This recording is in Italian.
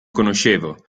conoscevo